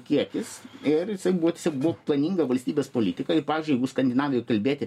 kiekis ir jisai buvo tiesiog buvo planinga valstybės politika ir pavyzdžiui skandinavijoj kalbėti